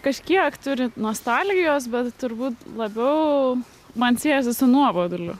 kažkiek turi nostalgijos bet turbūt labiau man siejasi su nuoboduliu